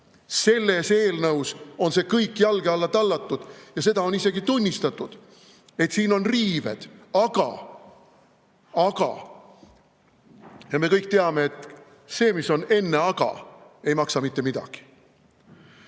Selles eelnõus on see kõik jalge alla tallatud ja seda on isegi tunnistatud, et siin on riived, aga ... Ja me kõik teame, et see, mis on enne aga, ei maksa mitte midagi.